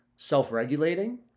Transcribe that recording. self-regulating